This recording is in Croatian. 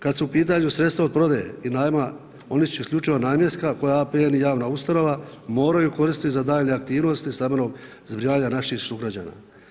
Kada su u pitanju sredstva od prodaje i najma oni su isključivo namjenska koja APN i javna ustanova moraju koristiti za daljnje aktivnosti i stambenog zbrinjavanja naših sugrađana.